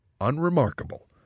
unremarkable